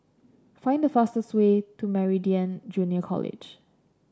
find the fastest way to Meridian Junior College